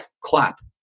clap